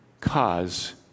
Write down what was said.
cause